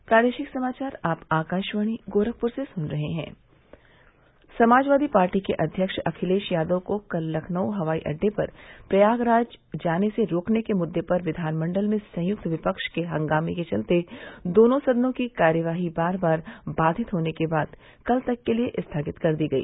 से में भी को भी के लिया है कि के समाजवादी पार्टी के अध्यक्ष अखिलेश यादव को कल लखनऊ हवाई अड्डे पर प्रयागराज जाने से रोकने के मुददे पर विधानमंडल में संयुक्त विपक्ष के हंगामे के चलते दोनों सदनों की कार्यवाही बार बार बाधित होने के बाद कल तक के लिये स्थगित कर दी गई